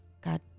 God